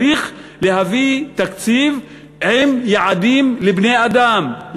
צריך להביא תקציב עם יעדים לבני-אדם,